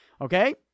Okay